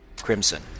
crimson